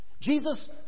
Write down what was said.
Jesus